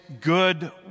good